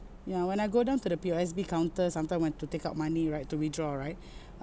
ya when I go down to the P_O_S_B counter sometime want to take out money right to withdraw right